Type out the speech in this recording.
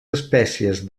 espècies